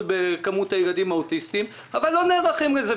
בכמות הילדים האוטיסטים אבל לא נערכים לזה.